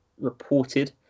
reported